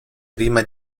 prima